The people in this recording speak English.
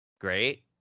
Great